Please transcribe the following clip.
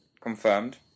Confirmed